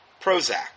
Prozac